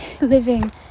living